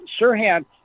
Sirhan